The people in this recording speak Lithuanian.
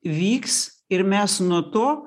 vyks ir mes nuo to